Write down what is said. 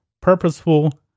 purposeful